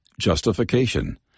justification